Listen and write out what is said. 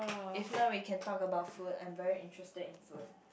if not we can talk about food I am very interested in food